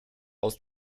aus